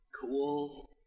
cool